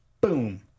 boom